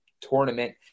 tournament